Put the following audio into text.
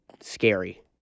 scary